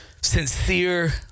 sincere